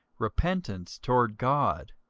repentance toward god,